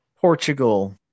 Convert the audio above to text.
Portugal